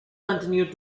continued